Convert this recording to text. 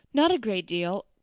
not a great deal.